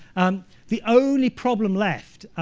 um the only problem left,